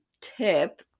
tip